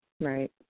Right